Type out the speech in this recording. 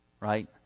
right